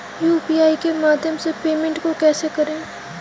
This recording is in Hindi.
यू.पी.आई के माध्यम से पेमेंट को कैसे करें?